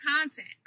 content